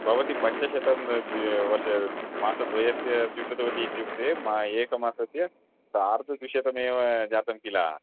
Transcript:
भवती पञ्चशतं वर्ष मासं द्वयस्य स्वीकृतवती इत्युक्ते मा एकमासस्य सार्धद्विशतमेव जातं किल